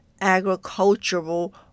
agricultural